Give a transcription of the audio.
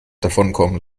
davonkommen